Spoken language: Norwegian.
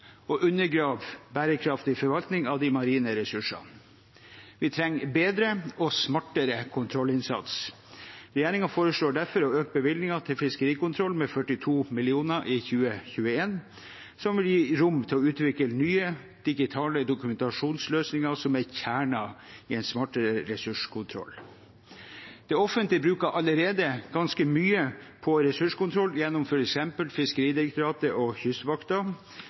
bærekraftig forvaltning av de marine ressursene. Vi trenger bedre og smartere kontrollinnsats. Regjeringen foresla?r derfor a? øke bevilgningen til fiskerikontroll med 42 mill. kr i 2021, noe som vil gi rom for a? utvikle nye digitale dokumentasjonsløsninger, som er kjernen i en smartere ressurskontroll. Det offentlige bruker allerede ganske mye pa? ressurskontroll gjennom f.eks. Fiskeridirektoratet og